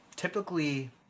typically